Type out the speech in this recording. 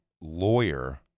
lawyer